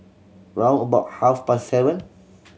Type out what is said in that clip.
round about half past seven